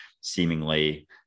seemingly